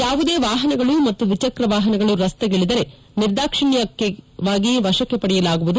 ಯಾವುದೇ ವಾಹನಗಳು ಮತ್ತು ದ್ವಿಚಕ್ರ ವಾಹನಗಳು ರಸ್ತೆಗಿಳಿದರೆ ನಿರ್ದಾಕ್ಷಿಣ್ವಾಗಿ ವಶಕ್ಕೆ ಪಡೆಯಲಾಗುವುದು